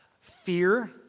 Fear